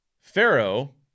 Pharaoh